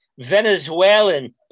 Venezuelan